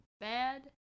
bad